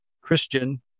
Christian